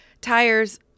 tires